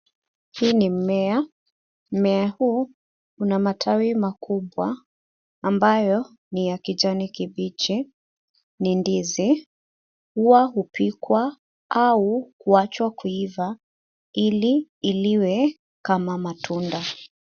Hii ni mmea. Mmmea huu una matawi makubwa ambayo ni ya kijani kibichi. Ni ndizi, huwa hupikwa au kuachwa kuiva ili iliwe kama matunda.